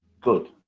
Good